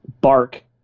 bark